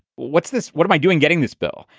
what's this? what am i doing getting this bill?